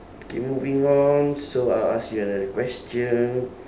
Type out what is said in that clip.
okay moving on so I'll ask you another question